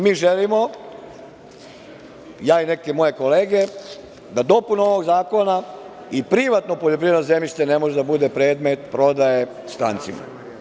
Mi želimo, ja i neke moje kolege, da dopunom ovog zakona i privatno poljoprivredno zemljište ne može da bude predmet prodaje strancima.